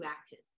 action